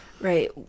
right